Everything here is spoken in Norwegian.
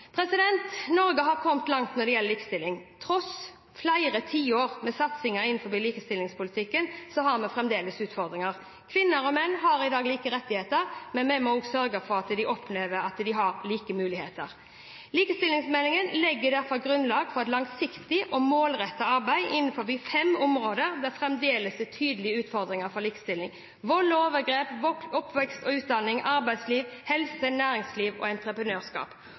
Norge har kommet langt når det gjelder likestilling. Men til tross for flere tiår med satsinger innenfor likestillingspolitikken har vi fremdeles utfordringer. Kvinner og menn har i dag like rettigheter, men vi må sørge for at de også opplever at de har like muligheter. Likestillingsmeldingen legger derfor grunnlaget for et langsiktig og målrettet arbeid innenfor fem områder der det fremdeles er tydelige utfordringer for likestillingen: vold og overgrep, oppvekst og utdanning, arbeidsliv, helse, næringsliv og entreprenørskap.